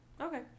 okay